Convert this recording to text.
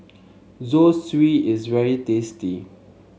Zosui is very tasty